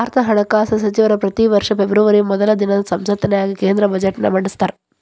ಭಾರತದ ಹಣಕಾಸ ಸಚಿವರ ಪ್ರತಿ ವರ್ಷ ಫೆಬ್ರವರಿ ಮೊದಲ ದಿನ ಸಂಸತ್ತಿನ್ಯಾಗ ಕೇಂದ್ರ ಬಜೆಟ್ನ ಮಂಡಿಸ್ತಾರ